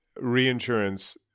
reinsurance